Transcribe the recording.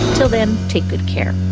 till then, take good care